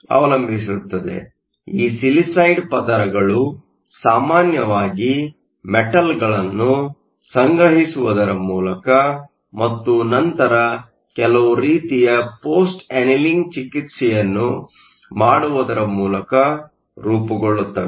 ಆದ್ದರಿಂದ ಈ ಸಿಲಿಸೈಡ್ ಪದರಗಳು ಸಾಮಾನ್ಯವಾಗಿ ಮೆಟಲ್ಗಳನ್ನು ಸಂಗ್ರಹಿಸುವುದರ ಮೂಲಕ ಮತ್ತು ನಂತರ ಕೆಲವು ರೀತಿಯ ಪೋಸ್ಟ್ ಅನೀಲಿಂಗ್ ಚಿಕಿತ್ಸೆಯನ್ನು ಮಾಡುವುದರ ಮೂಲಕ ರೂಪುಗೊಳ್ಳುತ್ತವೆ